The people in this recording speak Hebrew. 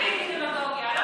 דמגוגיה.